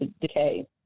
decay